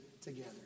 together